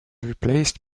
replaced